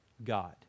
God